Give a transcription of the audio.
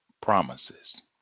promises